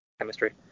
chemistry